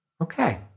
Okay